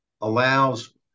allows